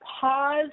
pause